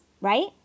right